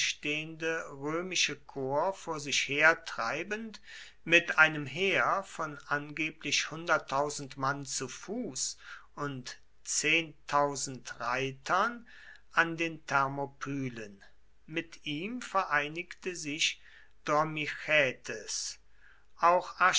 römische korps vor sich hertreibend mit einem heer von angeblich mann zu fuß und reitern an den thermopylen mit ihm vereinigte sich dromichätes auch